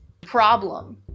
problem